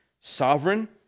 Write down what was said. sovereign